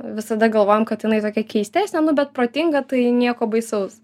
visada galvojom kad jinai tokia keistesnė nu bet protinga tai nieko baisaus